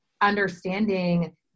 understanding